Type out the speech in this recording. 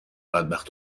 بدبخت